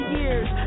years